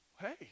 hey